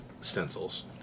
stencils